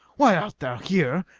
why art thou here!